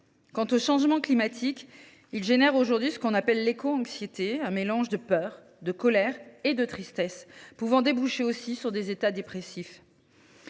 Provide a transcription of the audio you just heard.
Quant au changement climatique, il provoque aujourd’hui ce que l’on appelle l’éco anxiété, un mélange de peur, de colère et de tristesse pouvant déboucher aussi sur des états dépressifs.